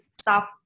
stop